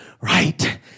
right